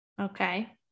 Okay